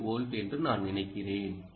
2 volt என்றும் நான் நினைக்கிறேன்